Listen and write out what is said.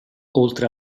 oltre